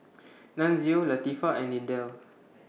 Nunzio Latifah and Lindell